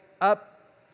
up